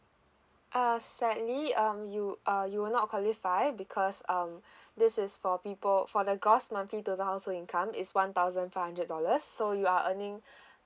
ah sadly um you uh you will not qualify because um this is for people for their gross monthly total household income is one thousand five hundred dollars so you are earning